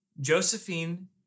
Josephine